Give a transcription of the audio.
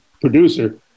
producer